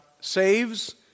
saves